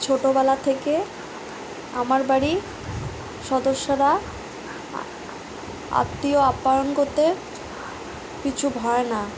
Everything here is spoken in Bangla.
ছোটোবেলা থেকে আমার বাড়ির সদস্যরা আত্মীয় আপ্যায়ণ করতে পিছু হয় না